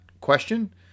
question